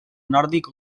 nòrdic